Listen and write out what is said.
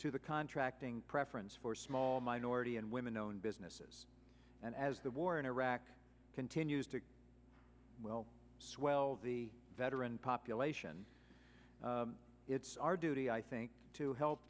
to the contracting preference for small minority and women owned businesses and as the war in iraq continues to well swell the veteran population it's our duty i think to help